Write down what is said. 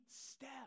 step